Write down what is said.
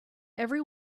every